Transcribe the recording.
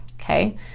okay